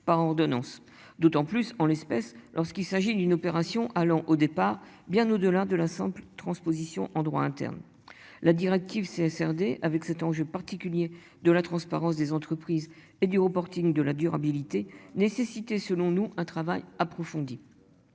par ordonnances, d'autant plus en l'espèce lorsqu'il s'agit d'une opération allant au départ bien au-delà de la simple transposition en droit interne la directive c'est SRD avec cet enjeu particulier de la transparence des entreprises et du reporting de la durabilité nécessité selon-nous un travail approfondi.